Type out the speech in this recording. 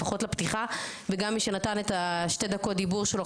לפחות בפתיחה וגם מי שנתן את שתי הדקות דיבור שלו,